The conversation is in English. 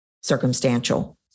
circumstantial